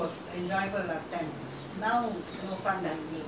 என்ன பா~ என்ன:enna paa~ enna nothing ah deepavali uh